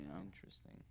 interesting